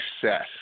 success